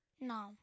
No